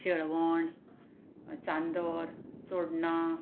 शेळवण चांदोर चोडणां